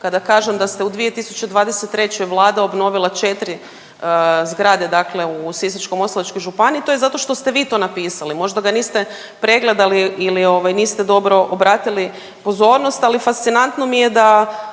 kada kažem da ste u 2023. Vlada obnovila 4 zgrade dakle u Sisačko-moslavačkoj županiji to je zato što ste vi to napisali. Možda ga niste pregledali ili ovaj niste dobro obratili pozornost, ali fascinantno mi je da